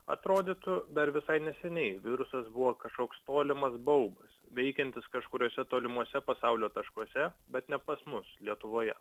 atrodytų dar visai neseniai virusas buvo kažkoks tolimas baubas veikiantis kažkuriuose tolimuose pasaulio taškuose bet ne pas mus lietuvoje